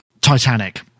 Titanic